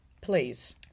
Please